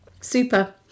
Super